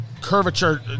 curvature